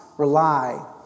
Rely